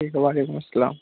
ٹھیک ہے وعلیکم السلام